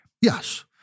Yes